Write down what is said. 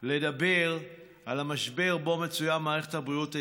לדבר על המשבר שבו מצויה מערכת הבריאות הישראלית,